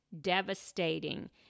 devastating